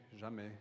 jamais